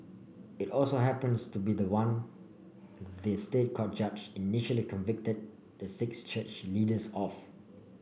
it also happens to be the one the State Court judge initially convicted the six church leaders of